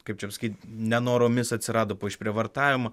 kaip čia pasakyt nenoromis atsirado po išprievartavimo